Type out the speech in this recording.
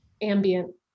ambient